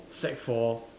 sec four